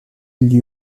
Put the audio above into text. lui